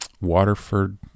Waterford